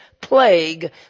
plague